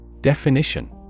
Definition